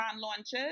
launches